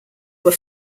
were